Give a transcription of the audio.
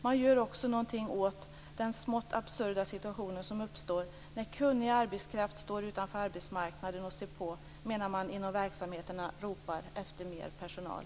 Man gör också någonting åt den smått absurda situation som uppstår när kunnig arbetskraft står utanför arbetsmarknaden och ser på, medan det inom verksamheterna ropas efter mer personal.